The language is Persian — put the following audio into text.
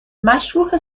مشروح